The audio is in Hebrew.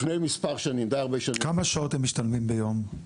כמה שעות הם משתלמים ביום?